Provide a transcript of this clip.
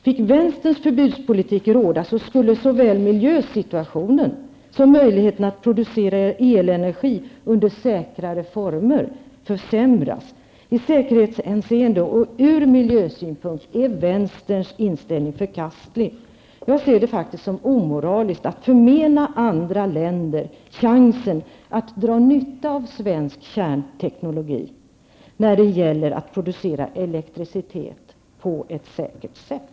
Fick vänsterns förbudspolitik råda skulle såväl miljösituationen som möjligheten att producera elenergi under säkrare former försämras. I säkerhetshänseende och ur miljösynpunkt är vänsterns inställning förkastlig. Jag ser det faktiskt som omoraliskt att förmena andra länder chansen att dra nytta av svensk kärnteknologi när det gäller att producera elektricitet på ett säkert sätt.